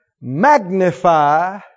magnify